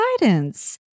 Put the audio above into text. guidance